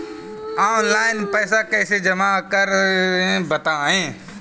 Online पैसा कैसे जमा करें बताएँ?